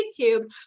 YouTube